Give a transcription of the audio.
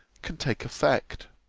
can take effect?